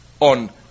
on